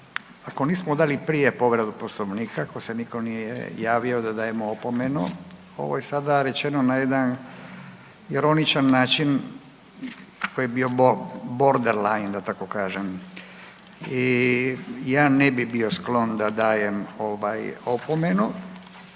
ako nismo dali prije povredu Poslovnika, ako se nije nitko javio da dajemo opomenu, ovo je sada rečeno na jedan ironičan način koji je bio borderline da tako kažem i ja ne bi bio sklon da dajem ovaj opomenu